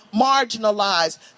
marginalized